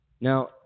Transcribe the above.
Now